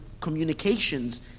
communications